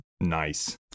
nice